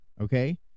Okay